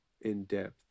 in-depth